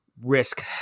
risk